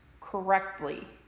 correctly